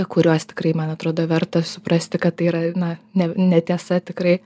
kuriuos tikrai man atrodo verta suprasti kad tai yra na ne netiesa tikrai